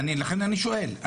לכן אני שואל,